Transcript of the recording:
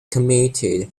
committed